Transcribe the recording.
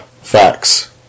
Facts